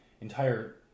entire